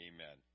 Amen